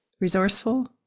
resourceful